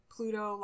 Pluto